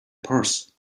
purse